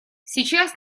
сейчас